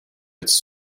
its